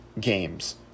games